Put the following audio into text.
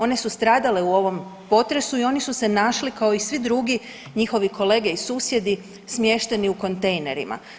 One su stradale u ovom potresu i oni su se našli kao i svi drugi njihovi kolege i susjedi smješteni u kontejnerima.